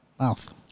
mouth